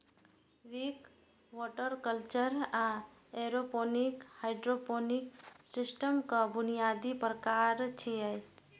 Wick, water culture आ aeroponic hydroponic सिस्टमक बुनियादी प्रकार छियै